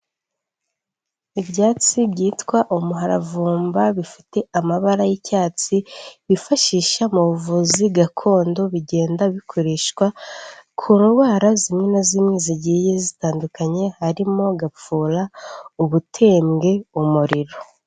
Ibyatsi byitwa umuharavumba bifite amabara y'icyatsi bifashisha mu buvuzi gakondo bigenda bikoreshwa ku ndwara zimwe na zimwe zigiye zitandukanye harimo gupfura, ubutembwe, umuriro.